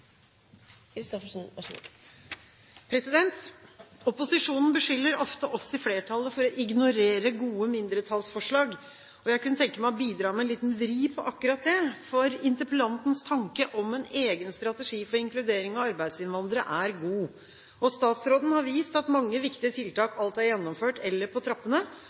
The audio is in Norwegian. Opposisjonen beskylder ofte oss i flertallet for å ignorere gode mindretallsforslag. Jeg kunne tenke meg å bidra med en liten vri på akkurat det, for interpellantens tanke om en egen strategi for inkludering av arbeidsinnvandrere er god. Statsråden har vist at mange viktige tiltak alt er gjennomført eller på